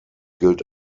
gilt